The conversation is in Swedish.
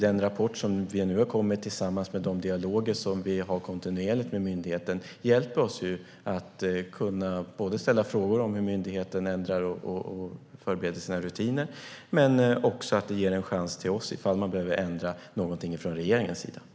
Den rapport som nu har kommit, tillsammans med den dialog som vi kontinuerligt för med myndigheten, hjälper oss att ställa frågor om hur myndigheten ändrar och förbereder sina rutiner och ger oss också en chans ifall det är något som regeringen behöver ändra.